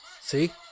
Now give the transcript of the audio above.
See